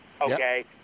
okay